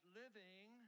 living